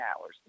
hours